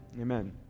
Amen